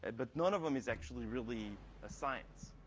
and but none of them is actually really a science.